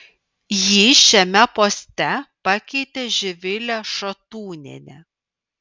jį šiame poste pakeitė živilė šatūnienė